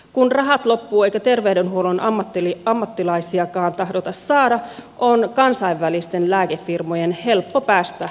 kun rahat loppuvat eikä terveydenhuollon ammattilaisiakaan tahdota saada on kansainvälisten lääkefirmojen helppo päästä markkinoille